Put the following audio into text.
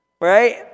Right